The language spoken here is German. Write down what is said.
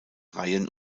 reihen